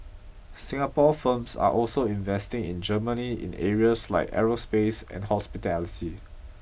Singapore firms are also investing in Germany in areas like aerospace and hospitality